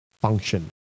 function